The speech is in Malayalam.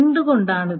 എന്തുകൊണ്ടാണ് ഇത്